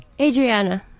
Adriana